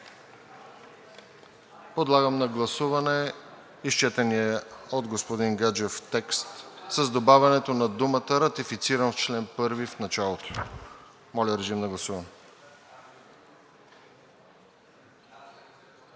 Подлагам на гласуване изчетения от господин Гаджев текст с добавянето на думата „ратифицира“ в чл. 1 в началото. Моля, режим на гласуване.